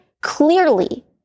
clearly